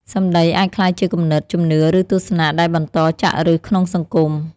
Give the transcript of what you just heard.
សម្ដីអាចក្លាយជាគំនិត ជំនឿ ឬទស្សនៈដែលបន្តចាក់ឫសក្នុងសង្គម។